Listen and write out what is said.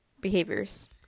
behaviors